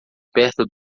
perto